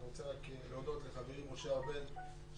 אני רוצה להודות לחברי משה ארבל,